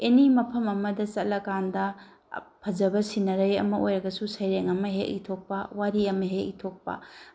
ꯑꯦꯅꯤ ꯃꯐꯝ ꯑꯃꯗ ꯆꯠꯂ ꯀꯥꯟꯗ ꯐꯖꯕ ꯁꯤꯅꯔꯤ ꯑꯃ ꯑꯣꯏꯔꯒꯁꯨ ꯁꯩꯔꯦꯡ ꯑꯃ ꯍꯦꯛ ꯏꯊꯣꯛꯄ ꯋꯥꯔꯤ ꯑꯃ ꯍꯦꯛ ꯏꯊꯣꯛꯄ